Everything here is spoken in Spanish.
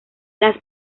las